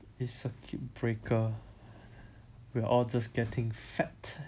it's circuit breaker we are all just getting fat